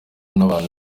n’abantu